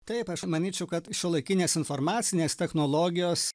taip aš manyčiau kad šiuolaikinės informacinės technologijos